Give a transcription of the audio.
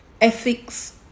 Ethics